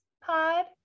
pod